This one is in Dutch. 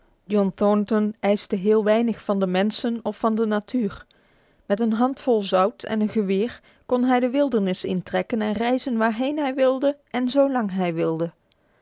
john thornton eiste heel weinig van de mensen of van de natuur met een handvol zout en een geweer kon hij de wildernis intrekken en reizen waarheen hij wilde en zolang hij wilde